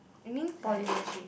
you mean poly legit